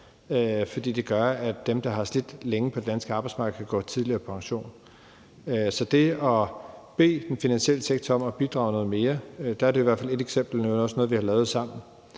fordi det gør, at dem, der har slidt længe på det danske arbejdsmarked, kan gå tidligere på pension. Så det er i hvert fald et eksempel på at bede den finansielle sektor om at bidrage noget mere, og det er også noget, vi har lavet sammen.